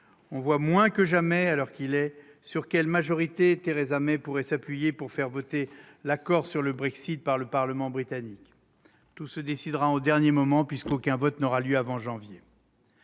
on voit moins que jamais sur quelle majorité Theresa May pourrait s'appuyer pour faire adopter l'accord sur le Brexit par le Parlement britannique. Tout se décidera au dernier moment, puisqu'aucun vote n'aura lieu avant janvier.